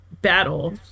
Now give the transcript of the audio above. battle